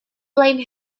blame